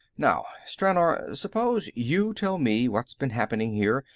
now, stranor, suppose you tell me what's been happening, here,